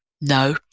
no